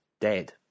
dead